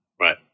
Right